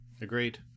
Agreed